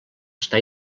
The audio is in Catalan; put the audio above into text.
està